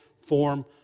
form